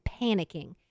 panicking